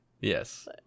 Yes